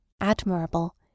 admirable